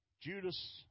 Judas